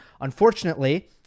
Unfortunately